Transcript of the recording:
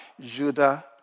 Judah